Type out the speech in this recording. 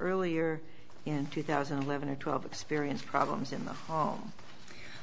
earlier in two thousand and eleven or twelve experienced problems in the home